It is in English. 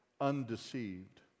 undeceived